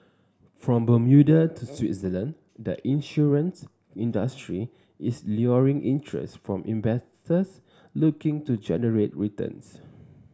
from Bermuda to Switzerland the insurance industry is luring interest from investors looking to generate returns